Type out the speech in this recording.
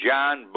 John